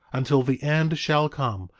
until the end shall come,